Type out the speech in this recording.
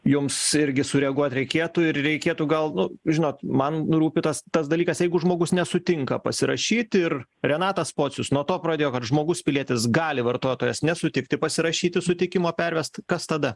jums irgi sureaguot reikėtų ir reikėtų gal nu žinot man rūpi tas tas dalykas jeigu žmogus nesutinka pasirašyt ir renatas pocius nuo to pradėjo kad žmogus pilietis gali vartotojas nesutikti pasirašyti sutikimo pervest kas tada